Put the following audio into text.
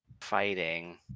fighting